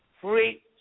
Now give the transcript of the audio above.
free